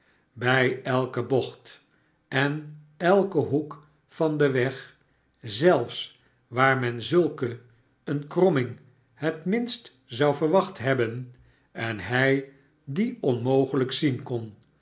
bij elke bocht en elken hoek van den weg zelfs waar men zulke eene kromming het minst zou verwacht hebben en hij die onmogelijk zien kon